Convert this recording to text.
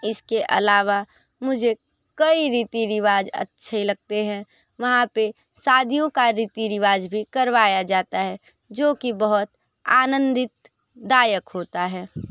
इसके अलावा मुझे कई रीति रिवाज अच्छे लगते हैं वहाँ पर शादियों का रीति रिवाज भी करवाया जाता है जो कि बहुत आनंदित दायक होता है